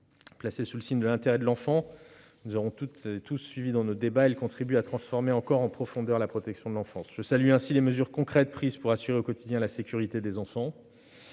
Placées sous le signe de l'intérêt des enfants, qui nous aura tous guidés au cours de nos débats, elles auront contribué à transformer en profondeur la protection de l'enfance. Je salue ainsi les mesures concrètes prises pour assurer au quotidien la sécurité des enfants.